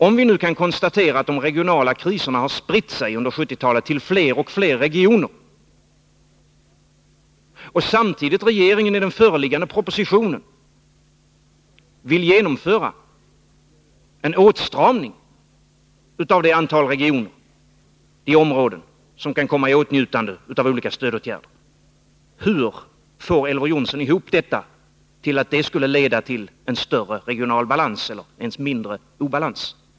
Om vi nu kan konstatera att de regionala kriserna under 1970-talet har spritt sig till fler och fler regioner och regeringen samtidigt i den föreliggande propositionen vill genomföra en åtstramning av det antal regioner i området som kan komma i åtnjutande av olika stödåtgärder, hur får Elver Jonsson det till att det skulle leda till större regional balans eller ens en mindre obalans?